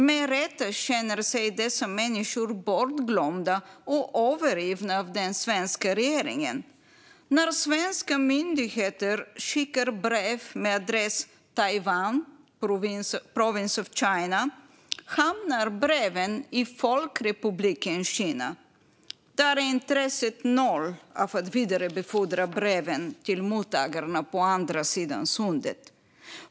Med rätta känner sig dessa människor bortglömda och övergivna av den svenska regeringen. När svenska myndigheter skickar brev med adressen Taiwan, Province of China, hamnar breven i Folkrepubliken Kina, där intresset för att vidarebefordra breven till mottagarna på andra sidan sundet är noll.